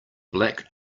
black